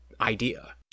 idea